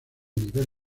nivel